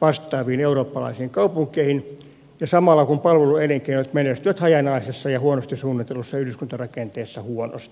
vastaaviin eurooppalaisiin kaupunkeihin samalla kun palveluelinkeinot menestyvät hajanaisessa ja huonosti suunnitellussa yhdyskuntarakenteessa huonosti